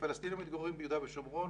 פלסטינים מתגוררים ביהודה ושומרון,